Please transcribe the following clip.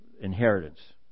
inheritance